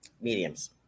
mediums